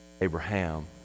Abraham